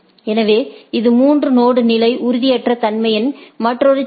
எனவே இது மூன்று நொடு நிலை உறுதியற்ற தன்மையின் மற்றொரு சிக்கல்